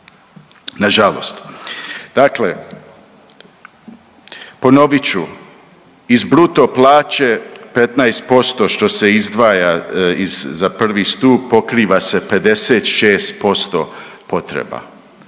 nažalost. Dakle, ponovit ću iz bruto plaće 15% što se izdvaja za 1. stup pokriva se 56% potreba,